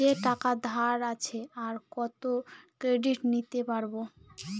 যে টাকা ধার আছে, আর কত ক্রেডিট নিতে পারবো?